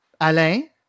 Alain